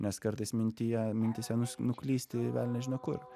nes kartais mintyje mintyse nu nuklysti į velnias žino kur